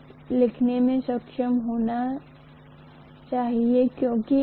यह एल है इसलिए मुझे इस मामले में यह कहने में सक्षम होना चाहिए कि चुंबकीय क्षेत्र की तीव्रता है